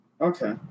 Okay